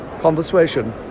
conversation